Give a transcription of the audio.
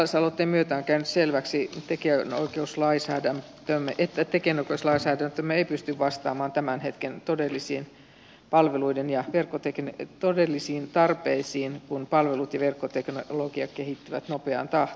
kansalaisaloitteen myötä on käynyt selväksi tekijänoikeuslaissa ja teemme työtä tekemättä sellaiset että tekijänoikeuslainsäädäntömme ei pysty vastaamaan tämän hetken todellisiin palveluiden ja elcoteqin ja todellisiin tarpeisiin kun palvelut ja verkkoteknologia kehittyvät nopeaan tahtiin